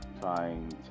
trying